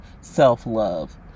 self-love